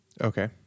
Okay